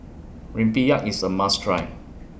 Rempeyek IS A must Try